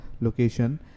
location